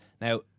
now